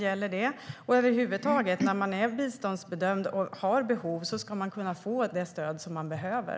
Överlag ska man, när man är biståndsbedömd och har behov, kunna få det stöd man behöver.